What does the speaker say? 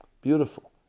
Beautiful